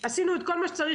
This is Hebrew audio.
עשינו את כל מה שצריך,